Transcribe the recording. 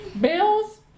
Bills